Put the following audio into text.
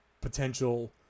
potential